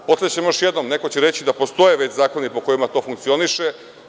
Podsećam još jednom, neko će reći da postoje već zakoni po kojima to funkcioniše.